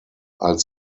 als